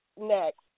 next